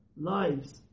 lives